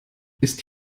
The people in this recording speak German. ist